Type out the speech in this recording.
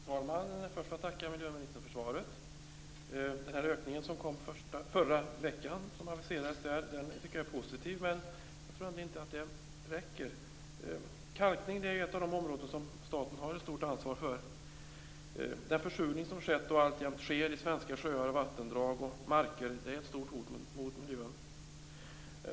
Fru talman! Först får jag tacka miljöministern för svaret. Den ökning som aviserades förra veckan är positiv, men tyvärr räcker den inte. Kalkning är ett av de områden som staten har ett stort ansvar för. Den försurning som har skett och som alltjämt sker i svenska sjöar, vattendrag och marker är ett stort hot mot miljön.